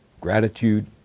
gratitude